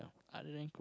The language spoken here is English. other than cook~